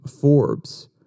Forbes